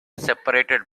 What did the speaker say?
separated